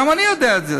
גם אני יודע את זה,